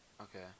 Okay